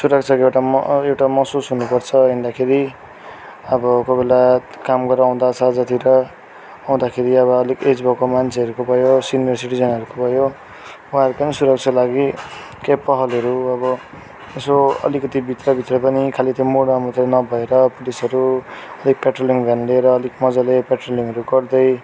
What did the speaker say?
सुरक्षाको एउटा मह एउटा महसुस हुनु पर्छ हिँड्दाखेरि अब कोही बेला काम गरेर आउँदा साँझतिर आउँदाखेरि अब अलिक एज भएको मान्छेहरूको भयो सिनियर सिटिजनहरूको भयो उहाँहरूको पनि सुरक्षा लागि केही पहलहरू अब यसो अलिकति भित्रभित्र पनि खालि त्यो मोडमा मात्रै नभएर पुलिसहरू अलिक प्याट्रोलिङ ध्यान दिएर अलिक मज्जाले प्याट्रोलिङहरू गर्दै